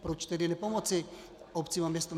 Proč tedy nepomoci obcím a městům?